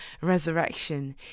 resurrection